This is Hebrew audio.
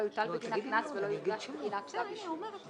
לא יוטל בגינה קנס ולא יוגש בגינה כתב אישום".